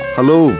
Hello